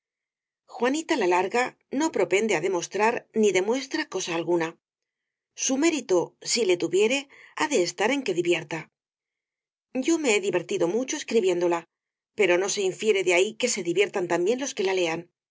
uanita la larga no propende á demostrar ni demuestra cosa alguna su mérito si le tuviere ha de estar en que divierta yo me he divertidp mucho escribiéndola pero no se infiere de ahí que se diviertan también los que la lean